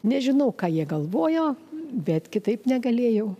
nežinau ką jie galvojo bet kitaip negalėjau